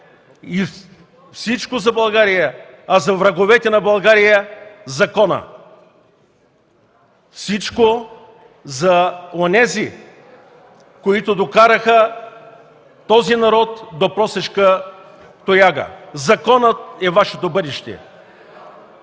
„Всичко за България, а за враговете на България – законът”. За онези, които докараха този народ до просешка тояга – законът е Вашето бъдеще.